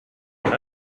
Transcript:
had